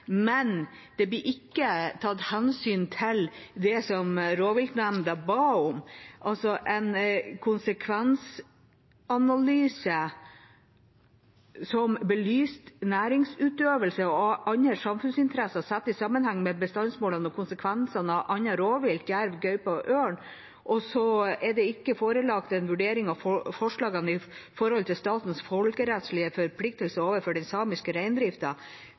men det som rovviltnemnda ba om, blir ikke tatt hensyn til, altså en konsekvensanalyse som belyser næringsutøvelse og andre samfunnsinteresser sett i sammenheng med bestandsmålene, og konsekvensene av annet rovvilt, som jerv, gaupe og ørn. Det er ikke forelagt en vurdering av forslagene med tanke på statens folkerettslige forpliktelser overfor den samiske